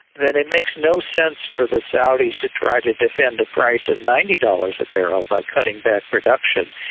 then it makes no sense for the saudis to try to defend the price of ninety dollars a barrel by cutting back production.